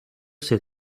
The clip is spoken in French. ces